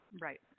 Right